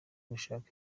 dushaka